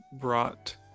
brought